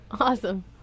Awesome